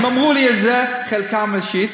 הם אמרו לי את זה, חלקם, אישית.